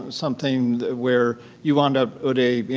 something where you wound up udai,